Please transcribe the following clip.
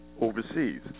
overseas